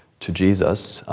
to jesus,